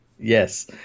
yes